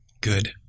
Good